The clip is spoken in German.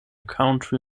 country